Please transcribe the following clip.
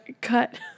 cut